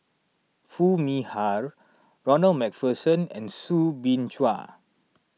Foo Mee Har Ronald MacPherson and Soo Bin Chua